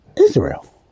Israel